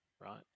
Right